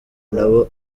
n’abo